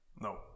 No